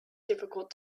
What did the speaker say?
difficult